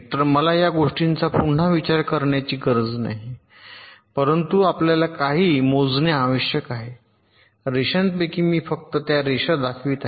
तर मला या गोष्टींचा पुन्हा विचार करण्याची गरज नाही परंतु आपल्याला काही मोजणे आवश्यक आहे रेषांपैकी मी फक्त त्या रेषा दाखवित आहे